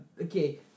Okay